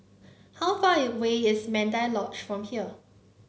how far away is Mandai Lodge from here